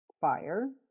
fire